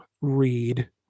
read